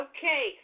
Okay